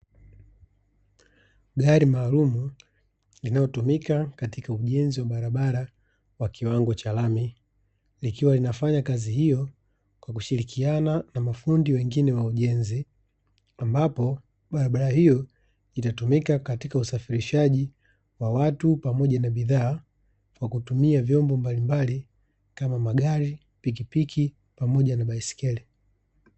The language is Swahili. Gari maalumu linalotumika katika ujenzi wa barabara, kwa kiwango cha lami. Likiwa linafanya kazi hiyo, kwa kushirikiana na mafundi wengine wa ujenzi, ambapo barabara hiyo itatumika katika usafirishaji wa watu pamoja na bidhaa, kwa kutumia vyombo mbalimbali kama magari, pikipiki pamoja na baiskeli.